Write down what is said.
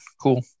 cool